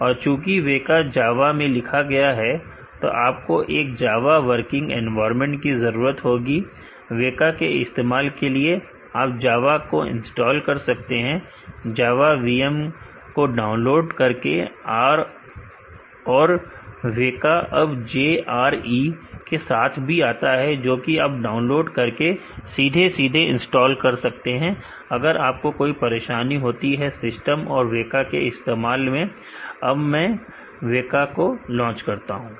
और चूंकि Weka Java में लिखा गया है तो आपको एक जावा वर्किंग एनवायरमेंट की जरूरत होगी वेका के इस्तेमाल के लिए आप जावा को इंस्टॉल कर सकते हैं जावा VM को डाउनलोड करके और वेका अब JRE के साथ भी आता है जो कि आप डाउनलोड करके सीधे सीधे इंस्टॉल कर सकते हैं अगर आपको कोई परेशानी होती है सिस्टम और वेका के इस्तेमाल में अब मैं वेका को लांच करता हूं